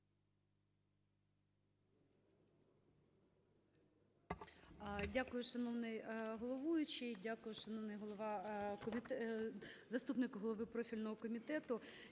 Дякую, шановний головуючий. Дякую, шановний голова… заступник голови профільного комітету.